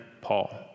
Paul